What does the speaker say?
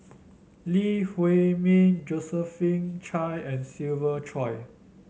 Lee Huei Min Josephine Chia and Siva Choy